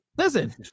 Listen